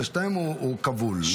בשניהם הוא כבול.